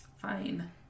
fine